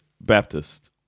Baptist